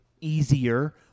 easier